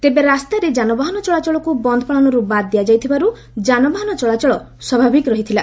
ତେବେ ରାସ୍ତାରେ ଯାନବାହାନ ଚଳାଚଳକୁ ବନ୍ଦ ପାଳନରୁ ବାଦ ଦିଆଯାଇଥିବାରୁ ଯାନବାହନ ଚଳାଚଳ ସ୍ୱାଭାବିକ ରହିଥିଲା